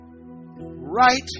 right